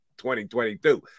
2022